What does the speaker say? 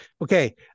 Okay